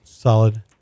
solid